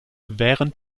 während